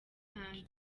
hanze